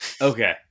Okay